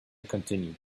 continued